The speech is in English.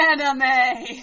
anime